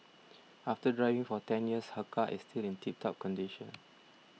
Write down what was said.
after driving for ten years her car is still in tip top condition